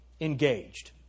Engaged